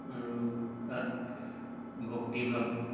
আৰু তাত ভক্তিভাৱ